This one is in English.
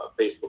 Facebook